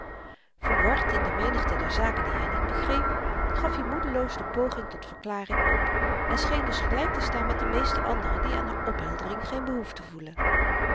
verward in de menigte der zaken die hy niet begreep gaf i moedeloos de poging tot verklaring op en scheen dus gelyk te staan met de meeste anderen die aan opheldering geen behoefte voelen